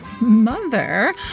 mother